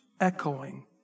echoing